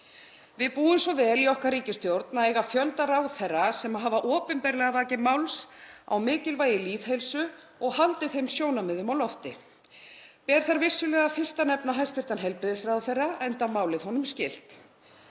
Við búum svo vel í okkar ríkisstjórn að eiga fjölda ráðherra sem hafa opinberlega vakið máls á mikilvægi lýðheilsu og haldið þeim sjónarmiðum á lofti. Ber þar vissulega fyrst að nefna hæstv. heilbrigðisráðherra, enda málið honum skylt.